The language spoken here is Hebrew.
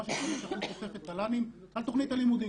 של 5% תוספת תל"נים על תוכנית הלימודים.